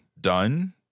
done